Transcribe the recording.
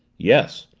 yes.